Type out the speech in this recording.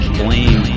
blame